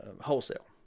wholesale